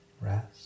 rest